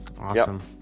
awesome